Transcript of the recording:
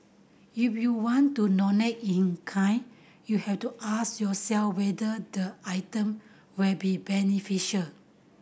if you want to donate in kind you have to ask yourself whether the item will be beneficial